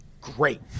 great